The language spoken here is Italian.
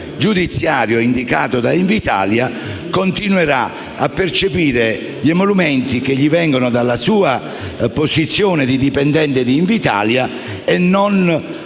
giudiziario indicato da Invitalia continui a percepire gli emolumenti che gli vengono dalla sua posizione di dipendente di Invitalia e non